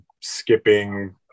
skipping